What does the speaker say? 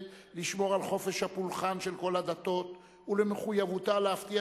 לשמור על חופש הפולחן של כל הדתות ולמחויבותה להבטיח